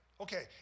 Okay